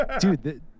Dude